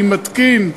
אני מתקין,